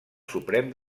suprem